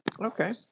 Okay